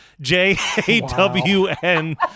J-A-W-N